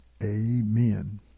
Amen